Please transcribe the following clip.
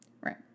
Right